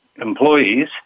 employees